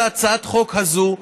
את הצעת החוק הזאת.